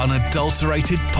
Unadulterated